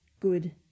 Good